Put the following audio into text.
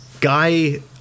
guy